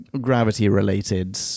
gravity-related